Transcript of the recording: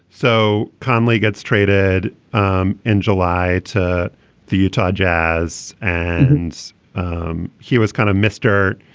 so conley gets traded um in july to the utah jazz and he was kind of mr.